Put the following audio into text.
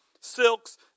silks